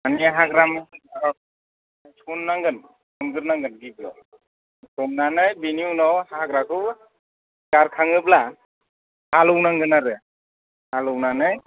मानि हाग्रा सननांगोन सनगोरनांगोन गिबियाव सननानै बेनि उनाव हाग्राखौ गारखाङोब्ला हालौनांगोन आरो हालौनानै